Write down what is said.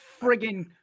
friggin